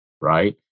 right